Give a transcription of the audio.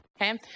Okay